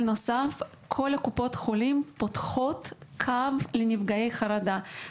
נוסף כל קופות החולים פותחות קו לנפגעי חרדה.